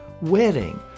wedding